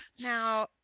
now